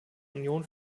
union